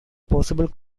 possible